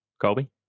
Colby